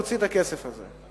להוציא את הכסף הזה.